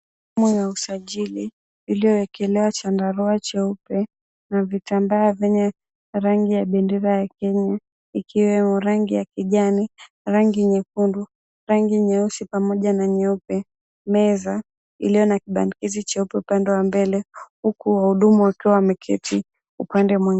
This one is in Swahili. Nyumba ya usajili uliowekelewa chandarua cheupe na vitamba venye rangi ya bendera ya Kenya ikiwemo rangi ya kijani, rangi nyekundu, rangi nyeusi pamoja na nyeupe, meza iliyo na kibandikizi cheupe upande wa mbele huku wahudumu wakiwa wameketi upande mwingine.